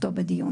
אבל זו זכותו.